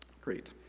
Great